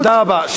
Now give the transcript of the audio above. תודה רבה.